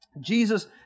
Jesus